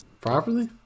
properly